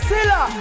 Silla